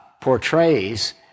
portrays